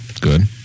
Good